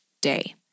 day